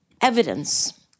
Evidence